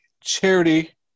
charity